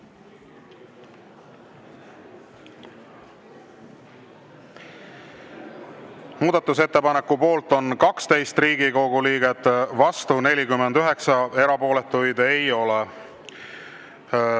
Muudatusettepaneku poolt on 12 Riigikogu liiget, vastu 49, erapooletuid ei ole.